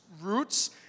roots